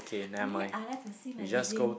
only I like to see magazine